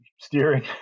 steering